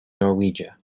norwegia